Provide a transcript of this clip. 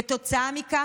כתוצאה מכך,